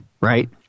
right